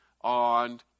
on